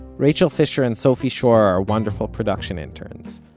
rachel fisher and sophie schor are our wonderful production interns.